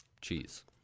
cheese